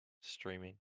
streaming